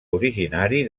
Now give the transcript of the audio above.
originari